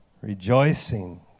rejoicing